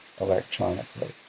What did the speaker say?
electronically